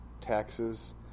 taxes